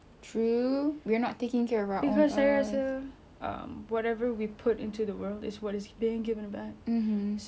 um whatever we put into the world is what is being given back so when we put like a lot of um like